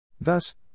Thus